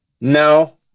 no